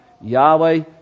Yahweh